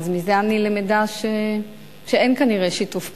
אז מזה אני למדה שכנראה אין שיתוף פעולה.